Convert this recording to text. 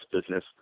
business